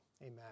Amen